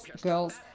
girls